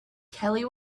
kelly